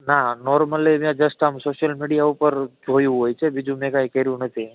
ના નોર્મલી આમ જસ્ટ આમ સોશિયલ મીડિયા ઉપર જોયું હોય છે હજુ મેં ટ્રાય કર્યું નથી